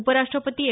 उपराष्ट्रपती एम